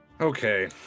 okay